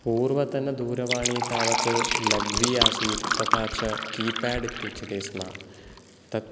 पूर्वतन दूरवाणी तावत् लघ्वी आसीत् तथा च कीपाड् इत्युच्यते स्म तत्